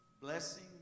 blessing